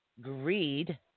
greed